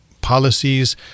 policies